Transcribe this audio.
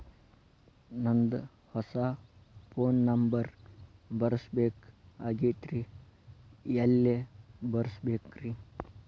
ನಂದ ಹೊಸಾ phone number ಬರಸಬೇಕ್ ಆಗೈತ್ರಿ ಎಲ್ಲೆ ಬರಸ್ಬೇಕ್ರಿ?